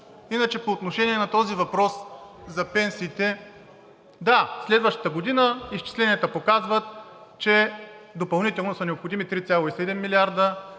случи. По отношение на въпроса за пенсиите. Да, следващата година изчисленията показват, че допълнително са необходими 3,7 милиарда,